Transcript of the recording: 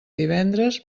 divendres